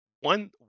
One